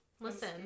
Listen